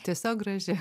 tiesiog graži